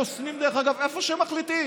חוסמים איפה שמחליטים.